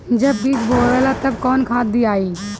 जब बीज बोवाला तब कौन खाद दियाई?